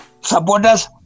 supporters